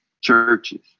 churches